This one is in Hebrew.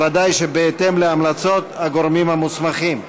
ודאי שבהתאם להמלצות הגורמים המוסמכים.